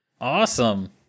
Awesome